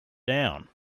down